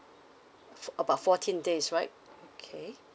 about fourteen days right okay